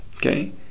Okay